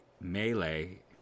Melee